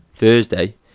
Thursday